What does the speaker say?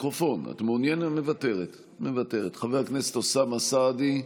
מוותרת, חבר הכנסת אוסאמה סעדי,